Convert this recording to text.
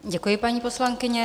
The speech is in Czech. Děkuji, paní poslankyně.